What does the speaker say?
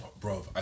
Bro